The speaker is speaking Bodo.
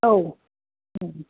औ